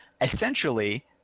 essentially